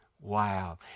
Wow